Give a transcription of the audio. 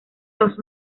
los